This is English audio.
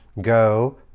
go